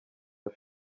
aba